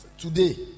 today